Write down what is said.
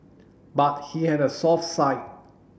but he had a soft side